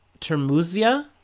Termuzia